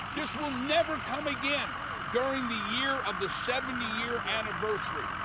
this will never come again during the year of the seventy year anniversary.